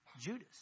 Judas